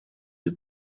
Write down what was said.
des